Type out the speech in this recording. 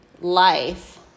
life